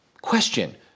Question